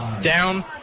down